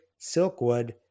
Silkwood